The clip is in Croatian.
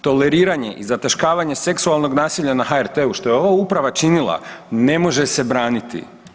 Toleriranje i zataškavanje seksualnog nasilja na HRT-u što je ova uprava činila ne može se braniti.